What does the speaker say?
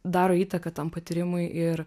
daro įtaką tam patyrimui ir